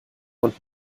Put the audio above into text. und